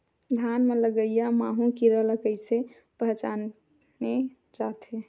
धान म लगईया माहु कीरा ल कइसे पहचाने जाथे?